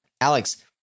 Alex